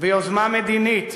ביוזמה מדינית,